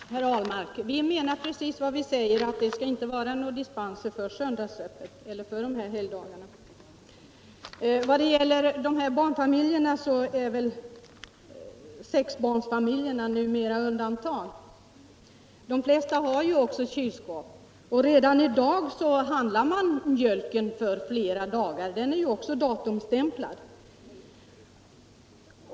Herr talman! Ja, herr Ahlmark, vi menar precis vad vi säger. Det skall inte vara några dispenser för söndagsöppet eller för de här helgdagarna. När det gäller barnfamiljerna är väl sexbarnsfamiljer numera undantag. De flesta har också kylskåp, och redan i dag handlar man mjölk för flera dagar. Den är ju datumstämplad.